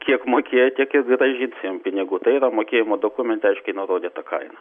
kiek mokėti kaip grąžinsim pinigų tai yra mokėjimo dokumente aiškiai nurodyta kaina